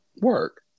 Work